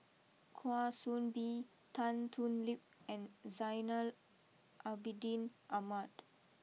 Kwa Soon Bee Tan Thoon Lip and Zainal Abidin Ahmad